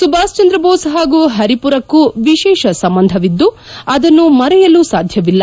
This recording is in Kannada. ಸುಭಾಷ್ಚಂದ್ರ ಬೋಸ್ ಹಾಗೂ ಪರಿಮರಕ್ಕೂ ವಿಶೇಷ ಸಂಬಂಧವಿದ್ದು ಅದನ್ನು ಮರೆಯಲು ಸಾಧ್ಯವಿಲ್ಲ